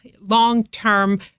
long-term